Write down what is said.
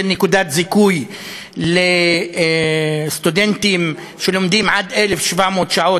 נקודת זיכוי לסטודנטים שלומדים עד 1,700 שעות,